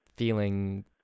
Feeling